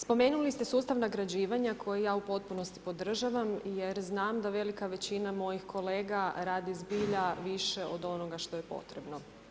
Spomenuli ste sustav nagrađivanja, koji ja u postupnosti podržavam, jer znam da velika većina mojih kolega, radi zbilja više od onoga što je potrebno.